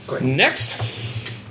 Next